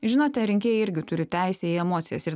žinote rinkėjai irgi turi teisę į emocijas ir